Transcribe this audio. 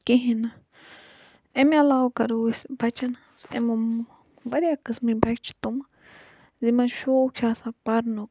کِہیٖنۍ امہِ عَلاوٕ کَرو أسۍ بَچن ہنٛز واریاہ قٕسمٕک بَچہٕ چھِ تِم یِمَن شوق چھُ آسان پَرنُک